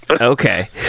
okay